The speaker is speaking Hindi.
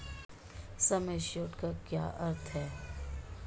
सम एश्योर्ड का क्या अर्थ है?